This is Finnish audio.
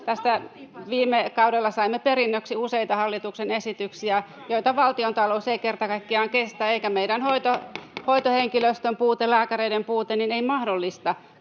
Viime kaudella saimme perinnöksi useita hallituksen esityksiä, joita valtiontalous ei kerta kaikkiaan kestä, [Välihuutoja — Puhemies koputtaa] eikä meidän hoitohenkilöstön puute ja lääkäreiden puute mahdollista